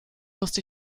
musste